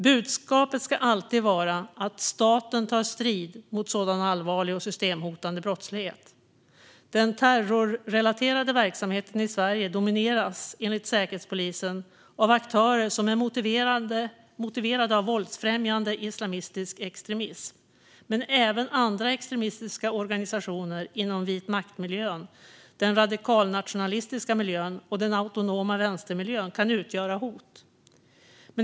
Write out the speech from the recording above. Budskapet ska alltid vara att staten tar strid mot sådan allvarlig och systemhotande brottslighet. Den terrorrelaterade verksamheten i Sverige domineras enligt Säkerhetspolisen av aktörer som är motiverade av våldsfrämjande islamistisk extremism, men även andra extremistiska organisationer inom vitmaktmiljön, den radikalnationalistiska miljön och den autonoma vänstermiljön kan utgöra hot.